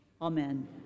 amen